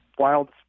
wild